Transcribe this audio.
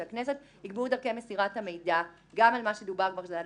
הכנסת יקבעו את דרכי מסירת המידע גם על מה שדובר --- הרשעה